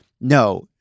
no